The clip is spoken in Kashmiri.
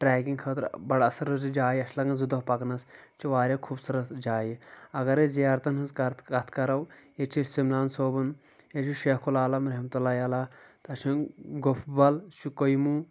ٹرٛیکںٛگ خٲطرٕ بڑٕ اصل روزِ یہِ جاے اتھ چھِ لگان زٕ دۄہ پکنس یہِ چھ واریاہ خوٗبصوٗرت جایہِ اگر أسۍ زیارتن ہٕنٛز کتھ کتھ کرو ییٚتہِ چھِ سمنان صوبُن ییٚتہِ چھُ شیخ العالم رَحْمَۃُ اللہِ تَعَالٰی تتھ چھُ گۄپھ ول چھُ کویموٗ